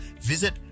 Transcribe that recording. visit